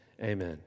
amen